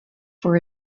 for